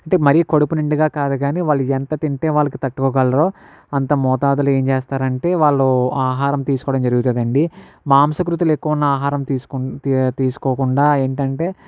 అంటే మరి కడుతుండగా కాదు కానీ వాళ్ళు ఎంత తింటే వాళ్ళకి తట్టుకోగలరో అంత మోతాదులో ఏం చేస్తారంటే వాళ్ళు ఆహారం తీసుకోడం జరుగుతాదండి మాంసకృతులు ఎక్కువ ఉన్న ఆహారం తీసుకుంటే తీ తీసుకోకుండా ఏంటంటే